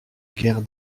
guerre